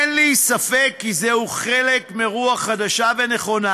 אין לי ספק כי זהו חלק מרוח חדשה ונכונה